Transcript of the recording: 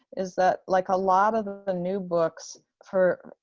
is that like a lot of the new books for?